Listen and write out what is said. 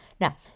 Now